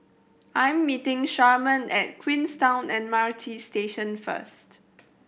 I'm meeting Sharman at Queenstown M R T Station first